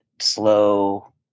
slow